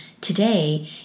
today